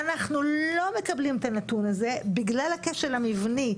ואנחנו לא מקבלים את הנתון הזה בגלל הכשל המבני.